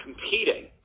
competing